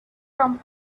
from